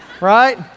right